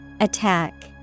Attack